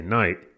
night